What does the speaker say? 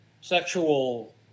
sexual